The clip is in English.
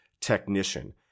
technician